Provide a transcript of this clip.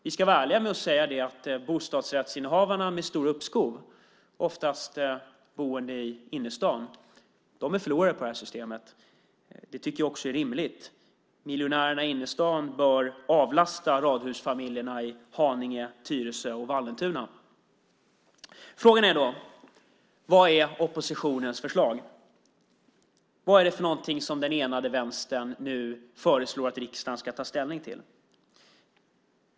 Vi ska vara ärliga och säga att bostadsrättshavarna med stora uppskov, oftast boende i innerstaden, är förlorare på det här systemet. Det tycker jag är rimligt. Miljonärerna inne i innerstaden bör avlasta radhusfamiljerna i Haninge, Tyresö och Vallentuna. Frågan är: Vad är oppositionens förslag? Vad är det för någonting som den enade vänstern nu föreslår att riksdagen ska ta ställning till?